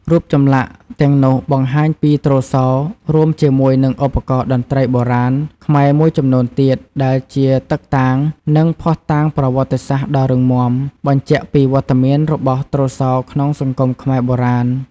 រូបចម្លាក់ទាំងនោះបង្ហាញពីទ្រសោរួមជាមួយនឹងឧបករណ៍តន្ត្រីបុរាណខ្មែរមួយចំនួនទៀត ដែលជាតឹកតាង និងភស្តុតាងប្រវត្តិសាស្ត្រដ៏រឹងមាំ បញ្ជាក់ពីវត្តមានរបស់ទ្រសោក្នុងសង្គមខ្មែរបុរាណ។